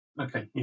Okay